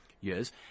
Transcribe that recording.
years